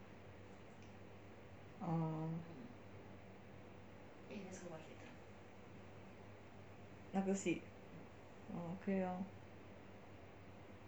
erm 那个戏 okay lor